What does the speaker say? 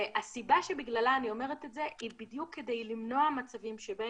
והסיבה שבגללה אני אומרת את זה היא בדיוק כדי למנוע מצבים שבהם,